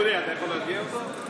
שיטה חדשה, קרנף טייס.